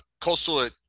Coastal